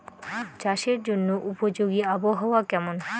চাষের জন্য উপযোগী আবহাওয়া কেমন?